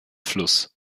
fluss